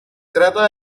trata